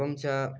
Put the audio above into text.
एवं च